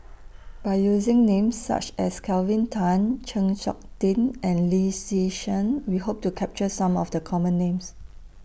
By using Names such as Kelvin Tan Chng Seok Tin and Lee Yi Shyan We Hope to capture Some of The Common Names